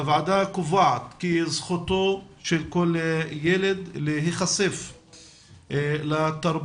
הוועדה קובעת כי זכותו של כל ילד להיחשף לתרבותו,